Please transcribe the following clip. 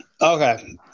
Okay